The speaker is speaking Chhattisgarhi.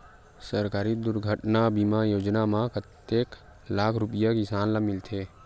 सहकारी दुर्घटना बीमा योजना म कतेक लाख रुपिया किसान ल मिलथे?